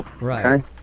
Right